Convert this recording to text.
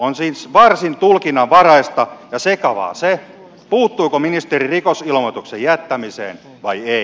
on siis varsin tulkinnanvaraista ja sekavaa se puuttuiko ministeri rikosilmoituksen jättämiseen vai ei